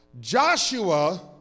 Joshua